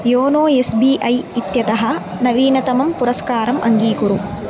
YONO S B I इत्यतः नवीनतमं पुरस्कारम् अङ्गीकुरु